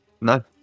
No